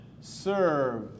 serve